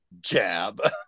Jab